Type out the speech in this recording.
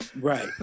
Right